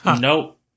Nope